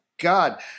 God